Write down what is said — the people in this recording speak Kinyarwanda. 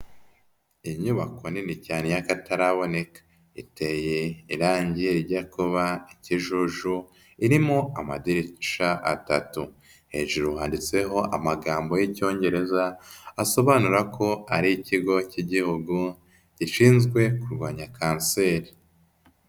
Inyubako nini cyane y'akataraboneka iteye irange rijya kuba ikijuju irimo amadirishya atatu, hejuru handitseho amagambo y'Icyongereza asobanura ko ari ikigo cy'Igihugu gishinzwe kurwanya Kanseri.